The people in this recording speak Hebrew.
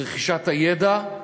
ברכישת הידע,